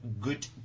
Good